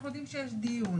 אנחנו יודעים שיש דיון.